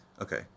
Okay